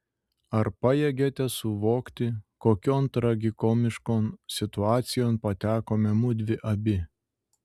ar pajėgiate suvokti kokion tragikomiškon situacijon patekome mudvi abi